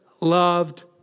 loved